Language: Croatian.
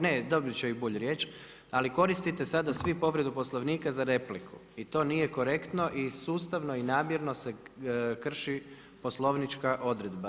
Ne, dobit će i Bulj riječ, ali koristite sada svi povredu Poslovnika za repliku i to nije korektno i sustavno i namjerno se krši poslovnička odredba.